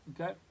Okay